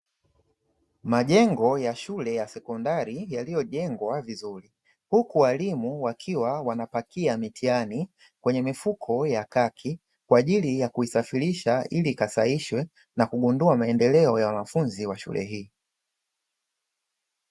Majengo ya shule ya sekondari yaliyojengwa vizuri huku walimu wakiwa wanapakia mitihani kwenye mifuko ya kaki, kwa ajili ya kuisafirisha ili ikasahihishwe na kugundua maendeleo ya wanafunzi wa shule hiyo.